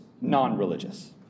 non-religious